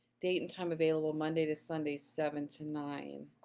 date and time available, monday to sunday, seven to nine.